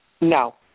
No